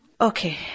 Okay